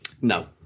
No